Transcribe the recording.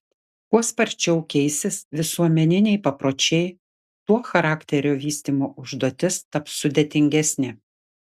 kuo sparčiau keisis visuomeniniai papročiai tuo charakterio vystymo užduotis taps sudėtingesnė